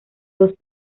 dos